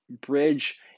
bridge